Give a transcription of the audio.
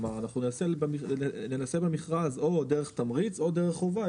כלומר, ננסה במכרז או דרך תמריץ או דרך חובה.